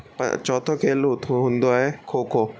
त चौथो खेल थो हूंदो आहे खो खो